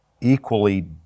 equally